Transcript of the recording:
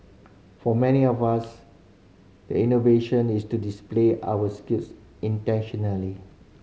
for many of us the innovation is to display our skills intentionally